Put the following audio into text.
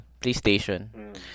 PlayStation